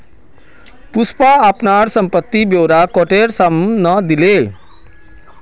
पुष्पा अपनार संपत्ति ब्योरा कोटेर साम न दिले